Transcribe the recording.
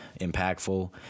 impactful